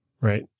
Right